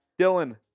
Dylan